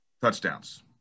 touchdowns